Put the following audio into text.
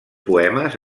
poemes